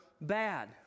bad